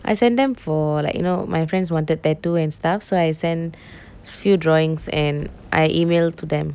I send them for like you know my friends wanted tattoo and stuff so I sent few drawings and I email to them